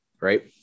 right